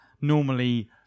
normally